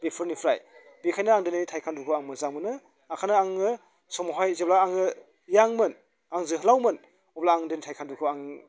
बेफोरनिफ्राय बेखायनो आं दिनै टाइकुवानडुखौ आं मोजां मोनो बेखायनो आङो समावहाय जेब्ला आङो इयांमोन आं जोहोलावमोन अब्ला आं टाइकुवानडुखौ आं